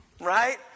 right